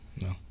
no